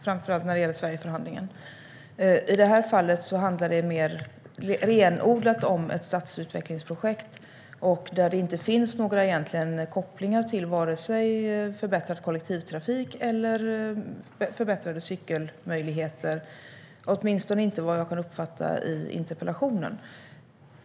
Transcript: Det gäller framför allt för Sverigeförhandlingen. I det här fallet handlar det mer renodlat om ett stadsutvecklingsprojekt. Där finns det inga egentliga kopplingar till vare sig förbättrad kollektivtrafik eller förbättrade cykelmöjligheter, åtminstone inte som jag kunde uppfatta av interpellationen.